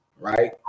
right